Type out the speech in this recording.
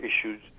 issues